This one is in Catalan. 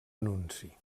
anunci